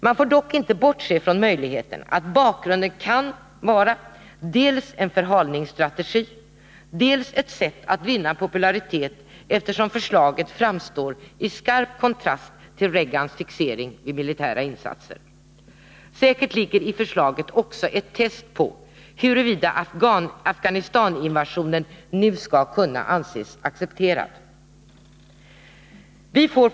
Man får dock inte bortse från den möjligheten att bakgrunden kan vara dels en förhalningsstrategi, dels ett sätt att vinna popularitet, eftersom förslaget står i skarp kontrast till Reagans fixering vid militära insatser. Säkert ligger i förslaget också ett test på huruvida Afghanistaninvasionen nu skall kunna anses accepterad. Herr talman!